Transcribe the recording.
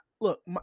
Look